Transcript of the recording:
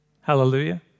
Hallelujah